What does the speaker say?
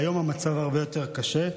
היום המצב הרבה יותר קשה.